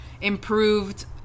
improved